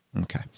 Okay